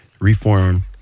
Reform